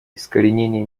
искоренение